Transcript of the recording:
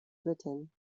britain